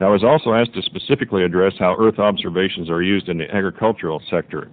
i was also asked to specifically address how earth observations are used in the agricultural sector